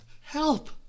Help